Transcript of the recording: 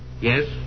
Yes